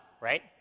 right